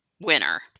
winner